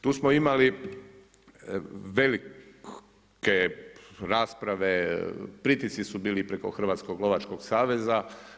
Tu smo imali velike rasprave, pritisci su bili preko Hrvatskog lovačkog saveza.